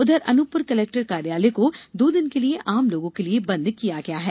उधर अनुपपुर कलेक्टर कार्यालय को दो दिन के लिए आम लोगों के लिए बंद किया गया है